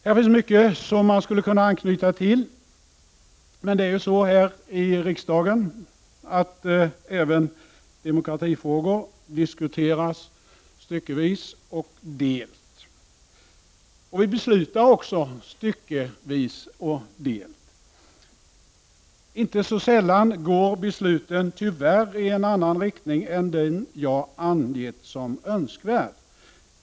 Här finns mycket som man skulle kunna anknyta till. Men även demokratifrågor diskuteras ju här i riksdagen styckevis och delt. Vi beslutar också styckevis och delt. Inte så sällan går besluten tyvärr i en annan riktning än den jag har angivit såsom önskvärd.